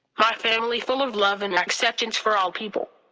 my family full of love and acceptance for all people.